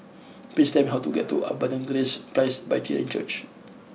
please tell me how to get to Abundant Grace Presbyterian Church